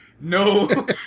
no